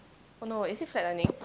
oh no is it flatlining